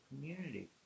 community